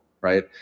right